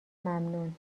ممنون